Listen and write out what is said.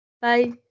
Bye